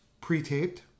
pre-taped